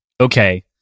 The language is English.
okay